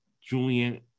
Julian